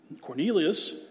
Cornelius